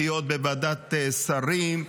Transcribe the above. כמה דחיות בוועדת שרים,